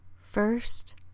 First